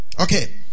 Okay